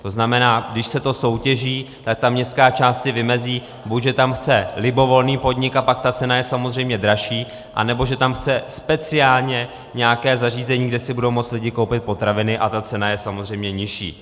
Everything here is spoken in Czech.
To znamená, když se to soutěží, tak ta městská část si vymezí, buď že tam chce libovolný podnik, a pak ta cena je samozřejmě dražší, anebo že tam chce speciálně nějaké zařízení, kde si budou moci lidé koupit potraviny, a ta cena je samozřejmě nižší.